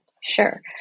Sure